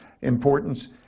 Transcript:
importance